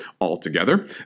altogether